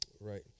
Right